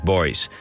Boys